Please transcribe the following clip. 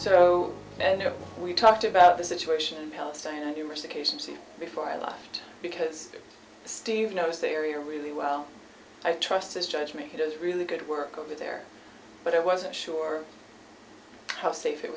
so and we talked about the situation in palestine and numerous occasions before i left because steve knows the area really well i trust his judgement he does really good work over there but i wasn't sure how safe it